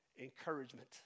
Encouragement